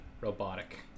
robotic